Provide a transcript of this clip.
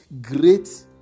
great